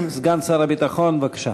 סגן שר הביטחון, בבקשה.